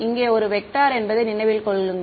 இங்கே ஒரு வெக்டர் என்பதை நினைவில் கொள்ளுங்கள்